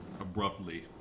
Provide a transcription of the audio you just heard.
abruptly